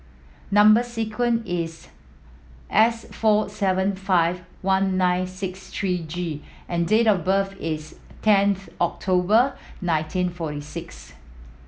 number sequence is S four seven five one nine six three G and date of birth is tenth October nineteen forty six